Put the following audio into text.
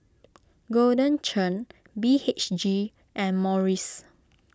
Golden Churn B H G and Morries